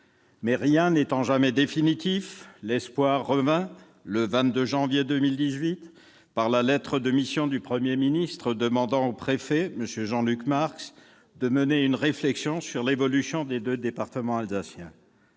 Mais rien n'étant jamais définitif, l'espoir revint le 22 janvier 2018, par le biais de la lettre de mission du Premier ministre demandant au préfet, M. Jean-Luc Marx, de mener une réflexion sur l'évolution des deux départements alsaciens.